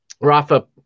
Rafa